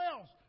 else